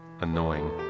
annoying